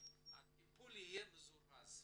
שהטיפול יהיה מזורז.